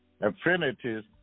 affinities